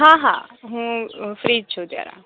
હા હા હું ફ્રી જ છું જરા